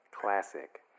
Classic